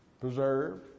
preserved